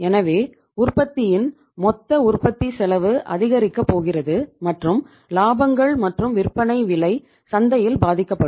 எனவே உற்பத்தியின் மொத்த உற்பத்தி செலவு அதிகரிக்கப் போகிறது மற்றும் லாபங்கள் மற்றும் விற்பனை விலை சந்தையில் பாதிக்கப்படும்